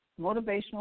motivational